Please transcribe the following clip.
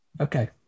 Okay